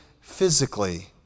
physically